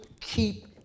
keep